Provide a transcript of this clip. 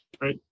Right